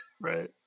Right